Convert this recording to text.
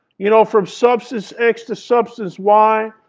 you know, from substance x to substance y,